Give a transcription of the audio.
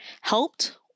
helped